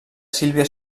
sílvia